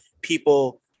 people